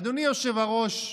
אדוני היושב-ראש,